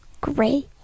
gray